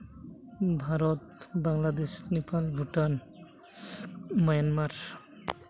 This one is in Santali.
ᱵᱷᱟᱨᱚᱛ ᱵᱟᱝᱞᱟᱫᱮᱥ ᱱᱮᱯᱟᱞ ᱵᱷᱩᱴᱟᱱ ᱢᱟᱭᱟᱱᱢᱟᱨ